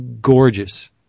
gorgeous